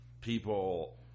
people